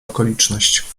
okoliczność